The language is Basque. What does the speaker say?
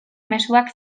mezuak